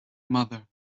mother